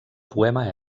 poema